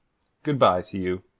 good-bye to you.